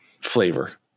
flavor